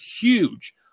huge